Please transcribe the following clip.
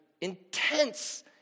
intense